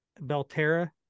Belterra